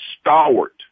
stalwart